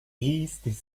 īsti